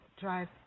drive